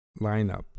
lineup